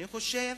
אני חושב,